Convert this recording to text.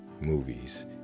movies